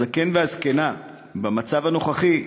הזקן והזקנה במצב הנוכחי,